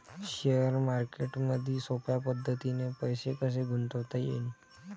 Share मार्केटमधी सोप्या पद्धतीने पैसे कसे गुंतवता येईन?